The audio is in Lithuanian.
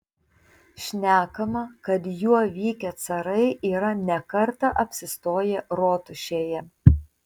šnekama kad juo vykę carai yra ne kartą apsistoję rotušėje